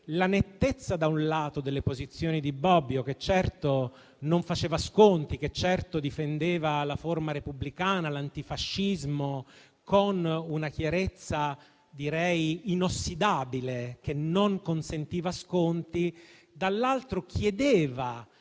la nettezza - da un lato - delle posizioni di Bobbio che, certo, non faceva sconti; che difendeva la forma repubblicana e l'antifascismo con una chiarezza che definirei inossidabile che non consentiva sconti; e - dall'altro lato